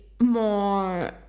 more